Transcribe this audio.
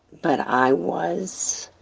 but i was,